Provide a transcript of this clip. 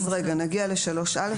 רגע, נגיד ל-3(א).